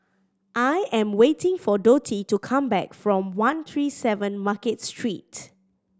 I am waiting for Dottie to come back from one three seven Market Street